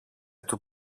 του